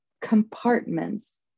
compartments